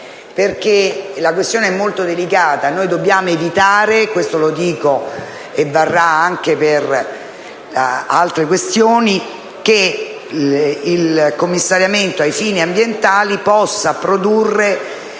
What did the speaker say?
La questione è molto delicata: noi dobbiamo evitare - questo varrà anche per altre questioni - che il commissariamento ai fini ambientali possa produrre